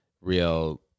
real